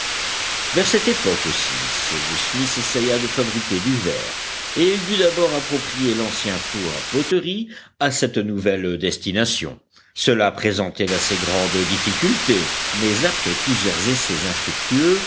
vers cette époque aussi cyrus smith essaya de fabriquer du verre et il dut d'abord approprier l'ancien four à poteries à cette nouvelle destination cela présentait d'assez grandes difficultés mais après plusieurs essais infructueux